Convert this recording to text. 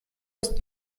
ist